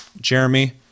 Jeremy